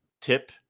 tip